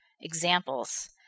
examples